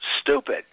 stupid